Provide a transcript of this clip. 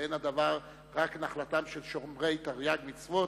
ואין הדבר רק נחלתם של שומרי תרי"ג מצוות.